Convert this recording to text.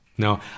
No